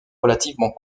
relativement